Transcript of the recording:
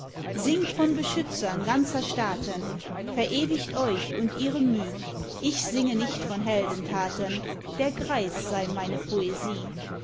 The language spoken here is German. singt von beschützern ganzer staaten verewigt euch und ihre müh ich singe nicht von heldentaten der greis sei meine poesie